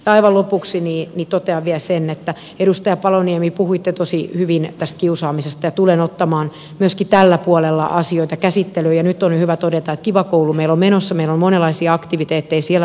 aivan lopuksi totean vielä sen että edustaja paloniemi puhuitte tosi hyvin tästä kiusaamisesta ja tulen ottamaan myöskin tällä puolella asioita käsittelyyn ja nyt on hyvä todeta että kiva koulu meillä on menossa meillä on monenlaisia aktiviteetteja siellä puolella